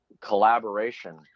collaboration